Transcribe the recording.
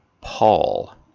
Paul